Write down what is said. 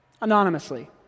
anonymously